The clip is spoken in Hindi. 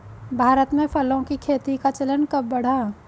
भारत में फलों की खेती का चलन कब बढ़ा?